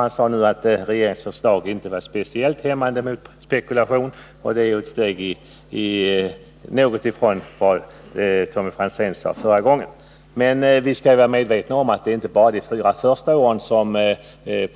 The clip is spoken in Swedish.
Han sade nu att regeringens förslag inte hade någon speciellt hämmande effekt på spekulationen. Det innebär i någon mån ett avsteg ifrån vad Tommy Franzén sade i sitt tidigare anförande. Men vi skall vara medvetna om att det inte bara är för de fyra första åren som